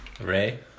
Ray